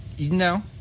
No